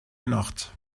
nacht